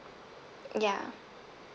ya